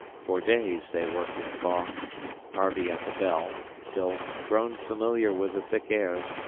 for days they worked in fog harvey at the bell till, grown familiar with the thick airs,